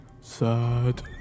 Sad